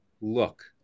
look